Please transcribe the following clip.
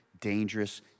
dangerous